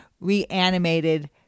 reanimated